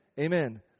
Amen